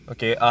Okay